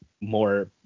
more